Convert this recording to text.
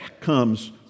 comes